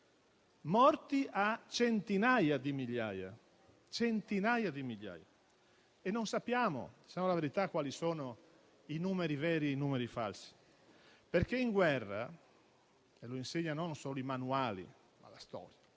morti a centinaia di migliaia, a centinaia di migliaia. E non sappiamo - diciamoci la verità - quali sono i numeri veri e i numeri falsi. In guerra, infatti, come insegnano non solo i manuali, ma anche la storia,